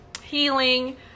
healing